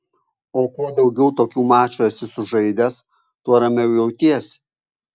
o kuo daugiau tokių mačų esi sužaidęs tuo ramiau jautiesi